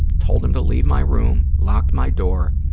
told him to leave my room, locked my door.